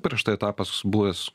prieš tai etapas buvęs